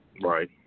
Right